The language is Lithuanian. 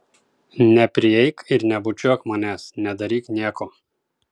neprieik ir nebučiuok manęs nedaryk nieko